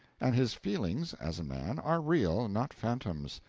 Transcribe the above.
and his feelings, as a man, are real, not phantoms.